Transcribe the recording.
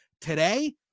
Today